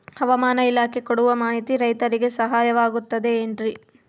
ಹವಮಾನ ಇಲಾಖೆ ಕೊಡುವ ಮಾಹಿತಿ ರೈತರಿಗೆ ಸಹಾಯವಾಗುತ್ತದೆ ಏನ್ರಿ?